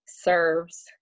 serves